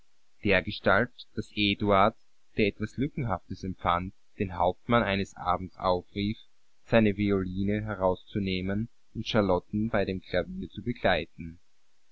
dergestalt daß eduard der etwas lückenhaftes empfand den hauptmann eines abends aufrief seine violine hervorzunehmen und charlotten bei dem klavier zu begleiten